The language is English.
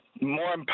more